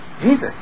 Jesus